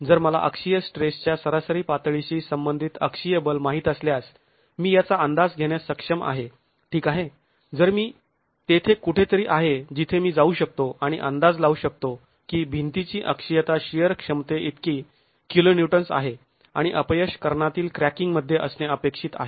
जर मला अक्षीय स्ट्रेसच्या सरासरी पातळीशी संबंधित अक्षीय बल माहित असल्यास मी याचा अंदाज घेण्यास सक्षम आहे ठीक आहे जर मी तेथे कुठेतरी आहे जिथे मी जाऊ शकतो आणि अंदाज लावू शकतो की भिंतीची अक्षीयता शिअर क्षमते इतकी किलोन्यूटन्स् आहे आणि अपयश कर्णातील क्रॅकिंग मध्ये असणे अपेक्षित आहे